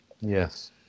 Yes